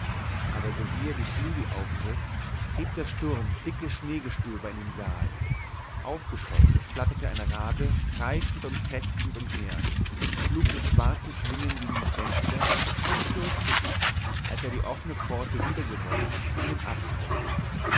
aber sowie er die flügel aufriß trieb der sturm dickes schneegestöber in den saal aufgescheucht flatterte ein rabe kreischend und krächzend umher schlug mit schwarzen schwingen gegen die fenster und stürzte sich als er die offene pforte wiedergewonnen in den abgrund